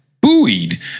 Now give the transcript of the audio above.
buoyed